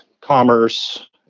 commerce